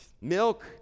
Milk